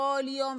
כל יום,